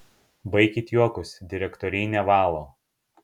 baikit juokus direktoriai nevalo